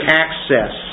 access